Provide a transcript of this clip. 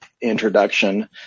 introduction